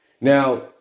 now